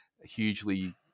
hugely